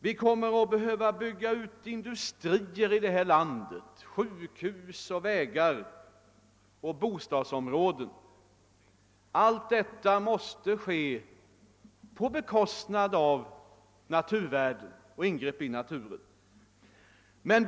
Vi kommer i vårt land också att behöva bygga industrier, sjukhus, vägar och bostadsområden. Allt detta måste göras på bekostnad av naturvärden och kommer att föranleda ingrepp i naturen.